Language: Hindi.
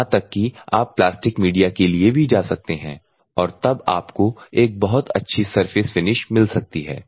यहां तक की आप प्लास्टिक मीडिया के लिए भी जा सकते हैं और तब आपको बहुत अच्छी सरफेस फिनिश मिल सकती है